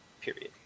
Period